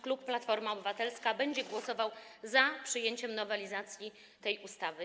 Klub Platforma Obywatelska będzie głosował za przyjęciem nowelizacji tej ustawy.